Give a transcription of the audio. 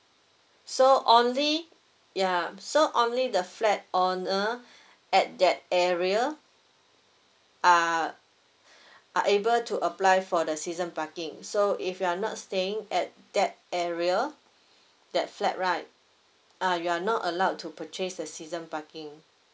so only ya so only the flat on uh at that area are are able to apply for the season parking so if you are not staying at that area that flat right uh you're not allowed to purchase the season parking